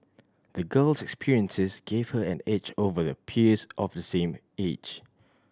the girl's experiences gave her an edge over her peers of the same age